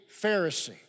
Pharisee